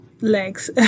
legs